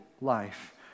life